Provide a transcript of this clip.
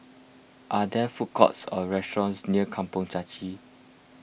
are there food courts or restaurants near Kampong Chai Chee